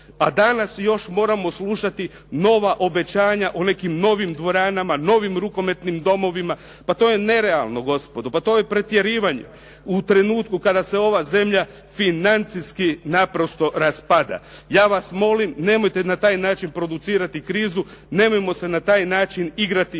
a danas još moramo slušati nova obećanja o nekim novim dvoranama, novim rukometnim domovima. Pa to je nerealno gospodo, pa to je pretjerivanje u trenutku kada se ova zemlja financijski naprosto raspada. Ja vas molim, nemojte na taj način producirati krizu, nemojmo se na taj način igrati